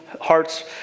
hearts